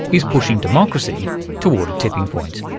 is pushing democracy toward a tipping point.